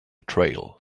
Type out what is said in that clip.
trail